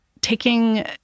taking